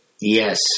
Yes